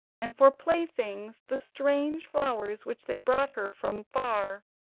and for playthings the strange flowers which they brought her from far,